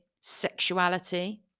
sexuality